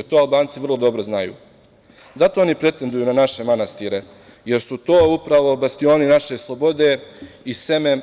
To Albanci vrlo dobro znaju i zato pretenduju na naše manastire, jer su to upravo bastioni naše slobode i seme